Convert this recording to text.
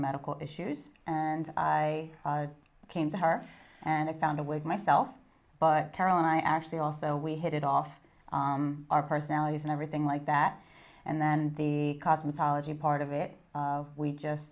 medical issues and i came to her and i found a wig myself but carol i actually also we hit it off our personalities and everything like that and then the cosmetology part of it we just